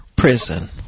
prison